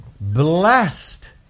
blessed